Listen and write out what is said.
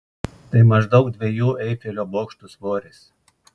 tai maždaug dviejų eifelio bokštų svoris